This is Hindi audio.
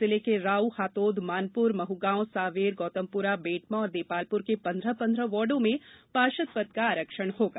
जिले की राऊ हातोद मानपुर महुगांव सांवेर गौतमपुरा बेटमा और देपालपुर के पन्द्रह पन्द्रह वार्डो में पार्षद पद का आरक्षण होगा